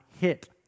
hit